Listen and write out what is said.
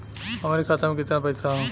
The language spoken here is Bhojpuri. हमरे खाता में कितना पईसा हौ?